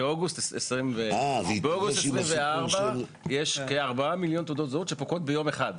באוגוסט 2024 יש כ-4 מיליון תעודות שפוקעות ביום אחד.